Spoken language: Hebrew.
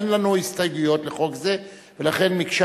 אין לנו הסתייגויות לחוק זה ולכן מקשה